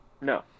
No